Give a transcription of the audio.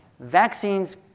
Vaccines